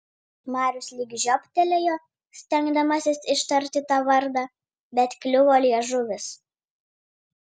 marius lyg žioptelėjo stengdamasis ištarti tą vardą bet kliuvo liežuvis